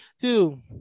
Two